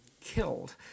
killed